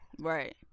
Right